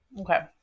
Okay